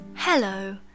hello